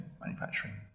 manufacturing